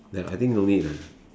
ya I think no need lah